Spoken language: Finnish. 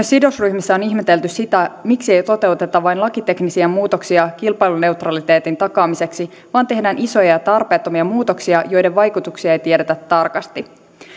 sidosryhmissä on ihmetelty sitä miksi ei toteuteta vain lakiteknisiä muutoksia kilpailuneutraliteetin takaamiseksi vaan tehdään isoja ja ja tarpeettomia muutoksia joiden vaikutuksia ei tiedetä tarkasti